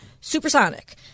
Supersonic